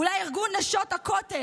אולי ארגון נשות הכותל,